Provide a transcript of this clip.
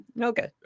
Okay